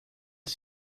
het